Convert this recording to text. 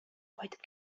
кайтып